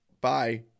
bye